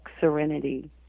serenity